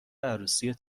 عروسی